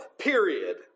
Period